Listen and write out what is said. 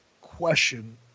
question